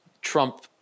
Trump